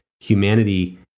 humanity